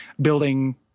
building